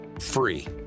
free